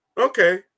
okay